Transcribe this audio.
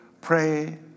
pray